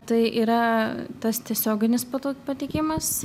tai yra tas tiesioginis po to patekimas